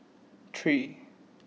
three